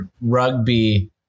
rugby